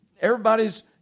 everybody's